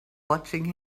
watching